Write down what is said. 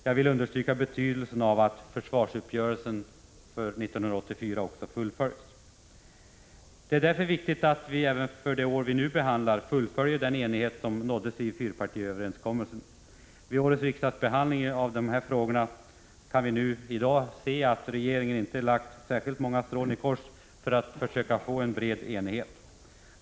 Jag vill understryka betydelsen av att försvarsuppgörelsen 1984 fullföljs. Det är därför viktigt att vi även för det år vi nu behandlar fullföljer den enighet som nåddes i fyrpartiöverenskommelsen. Vid årets riksdagsbehandling av dessa frågor ser vi nu att regeringen inte ”lagt två strån i kors” för att försöka nå en bred enighet.